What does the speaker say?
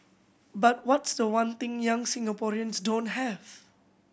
but what's the one thing young Singaporeans don't have